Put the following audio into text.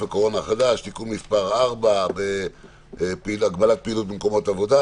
הקורונה החדש הגבלת פעילות במקומות עבודה)